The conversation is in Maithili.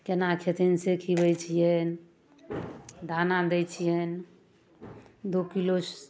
केना खेथिन से खिबै छियनि दाना दै छियनि दू किलो